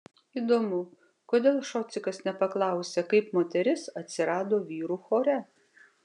įdomu kodėl šocikas nepaklausė kaip moteris atsirado vyrų chore